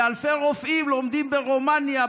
ואלפי רופאים לומדים ברומניה,